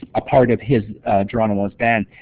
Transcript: a part of his geronimo's band.